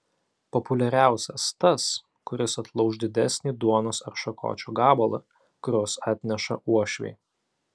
populiariausias tas kuris atlauš didesnį duonos ar šakočio gabalą kuriuos atneša uošviai